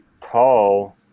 tall